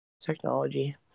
technology